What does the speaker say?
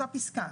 מאותה פסקה.